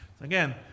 Again